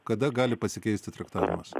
kada gali pasikeisti traktavimas